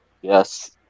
Yes